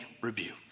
rebuke